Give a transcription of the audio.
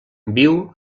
viu